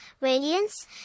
radiance